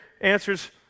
answers